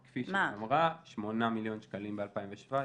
כפי שהיא אמרה, 8 מיליון שקלים ב-2017,